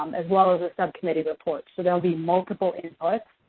um as well as the subcommittee report. so, there will be multiple inputs.